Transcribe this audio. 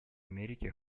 америке